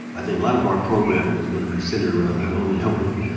i think a lot of our programming is going to be centered around not only helping